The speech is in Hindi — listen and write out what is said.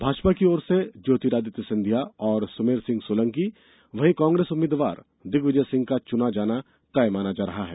भाजपा की ओर से ज्योतिरादित्य सिंधिया और सुमेर सिंह सोलंकी वहीं कांग्रेस उम्मीदवार दिग्विजय सिंह का चुना जाना तय माना जा रहा है